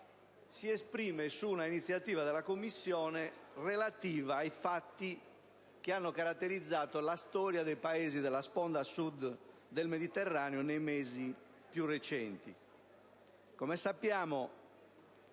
si esprime su un'iniziativa della Commissione relativa ai fatti che hanno caratterizzato la storia dei Paesi della sponda Sud del Mediterraneo nei mesi più recenti. Come noto,